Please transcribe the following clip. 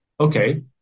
Okay